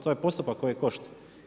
To je postupak koji košta.